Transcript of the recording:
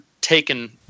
taken